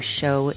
show